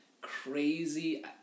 crazy